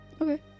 Okay